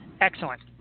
Excellent